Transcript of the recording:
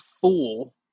fool